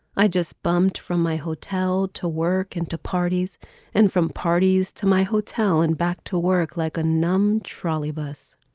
i just bumped from my hotel to work and to parties and from parties to my hotel and back to work like a numb trolley bus.